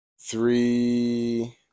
three